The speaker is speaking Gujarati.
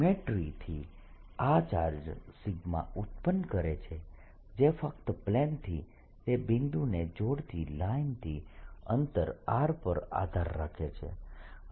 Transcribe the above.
સિમેટ્રી થી આ ચાર્જ ઉત્પન્ન કરે છે જે ફક્ત પ્લેન થી તે બિંદુને જોડતી લાઇનથી અંતર r પર આધાર રાખે છે